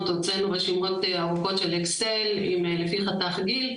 הוצאנו רשימות ארוכות של אקסל לפי חתך גיל,